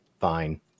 fine